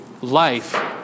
life